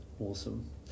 Awesome